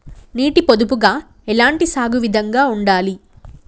నీటి పొదుపుగా ఎలాంటి సాగు విధంగా ఉండాలి?